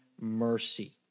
mercy